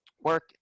work